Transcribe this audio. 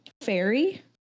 Fairy